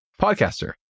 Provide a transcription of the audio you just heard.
podcaster